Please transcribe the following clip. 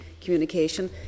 communication